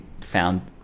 found